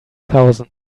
thousand